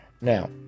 Now